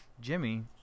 Jimmy